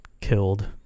killed